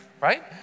right